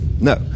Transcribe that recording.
no